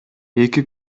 эки